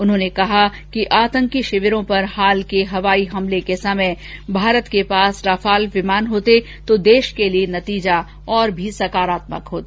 उन्होंने कहा कि आतंकी शिविरों पर हाल के हवाई हमले के समय भारत के पास राफाल विमान होते तो देश के लिए नतीजा और भी सकारात्मक होता